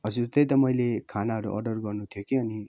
हजुर त्यही त मैले खानाहरू अर्डर गर्नु थियो कि अनि हजुर